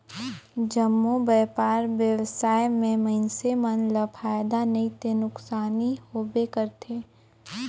जम्मो बयपार बेवसाय में मइनसे मन ल फायदा नइ ते नुकसानी होबे करथे